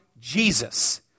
Jesus